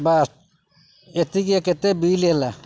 ବାସ୍ ଏତିକି କେତେ ବିଲ୍ ହେଲା